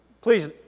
Please